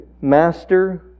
master